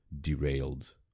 derailed